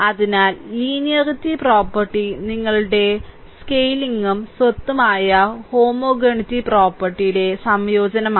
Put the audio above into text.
അതിനാൽ linearity property നിങ്ങളുടെ സ്കെയിലിംഗും സ്വത്തും ആയ ഹോമോഗെണിറ്റി പ്രോപ്പർട്ടി ടെ സംയോജനമാണ്